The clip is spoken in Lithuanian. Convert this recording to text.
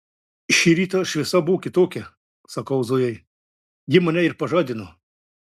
šį rytą šviesa buvo kitokia sakau zojai ji mane ir pažadino